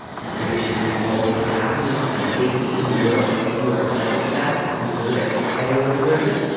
and i wish you all the happiness and safety in the world. you are entitled to that. you deserve it. everyone deserves it.